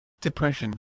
depression